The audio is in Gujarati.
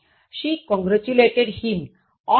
She congratulated him on his achievement